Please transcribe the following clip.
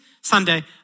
Sunday